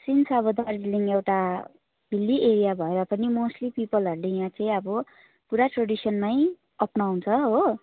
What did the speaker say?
since अब दार्जिलिङ एउटा hilly area भएर पनि मोस्टली पिपलहरूले यहाँ चाहिँ अब पुरा ट्रेडिसनमै अप्नाउँछ हो